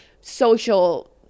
social